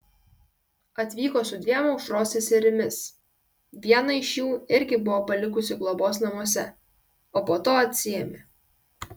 atvyko su dviem aušros seserimis vieną iš jų irgi buvo palikusi globos namuose o po to atsiėmė